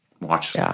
Watch